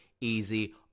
easy